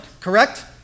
correct